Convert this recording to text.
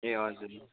ए हजुर